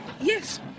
yes